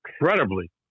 incredibly